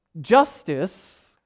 justice